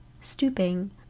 Stooping